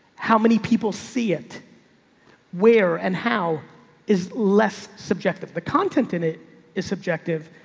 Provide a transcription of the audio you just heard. how many people see it where and how is less subjective? the content in it is subjective,